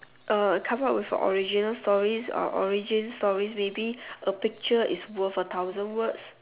uh come out with an original story or origin stories maybe a picture is worth a thousand words